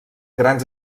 grans